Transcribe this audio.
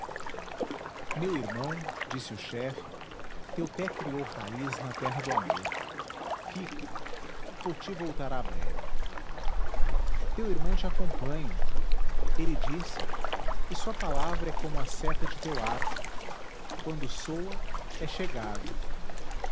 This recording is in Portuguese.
meu irmão disse o chefe teu pé criou raiz na terra do amor fica poti voltará breve teu irmão te acompanha ele disse e sua palavra é como a seta de teu arco quando soa é chegada